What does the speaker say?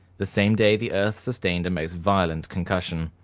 the same day the earth sustained a most violent concussion.